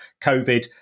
COVID